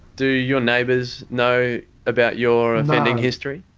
do your neighbours know about your offending history?